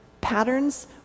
patterns